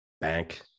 Bank